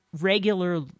regular